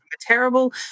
terrible